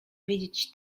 wiedzieć